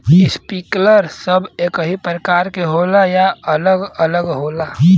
Sprinkler सब एकही प्रकार के होला या अलग अलग होला?